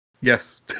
Yes